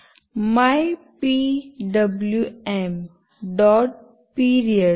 my PWM dot period mypwm